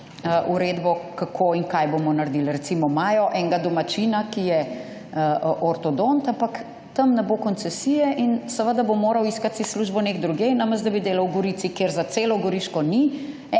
Uredbo, kako in kaj bomo naredili. Recimo, imajo enega domačina, ki je ortodont, ampak tam ne bo koncesije, in seveda bo moral iskat si službo nekje drugje, namesto da bi delal v Gorici, kjer za celo Goriško ni